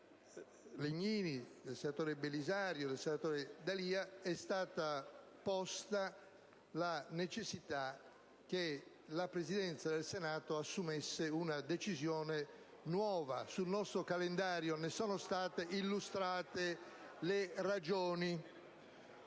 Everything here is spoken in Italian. da parte dei senatori Legnini, Belisario e D'Alia - è stata posta la necessità che la Presidenza del Senato assuma una decisione nuova sul nostro calendario, e ne sono state illustrate le ragioni.